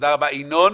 ינון,